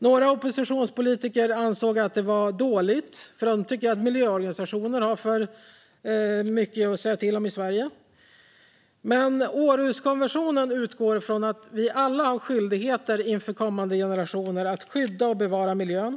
Några oppositionspolitiker ansåg att det var dåligt eftersom de tycker att miljöorganisationer har för mycket att säga till om i Sverige. Århuskonventionen utgår från att vi alla har skyldigheter inför kommande generationer att skydda och bevara miljön.